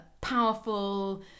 powerful